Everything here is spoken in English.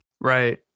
Right